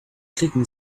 clicking